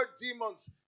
demons